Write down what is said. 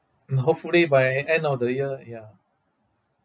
hopefully by end of the year ya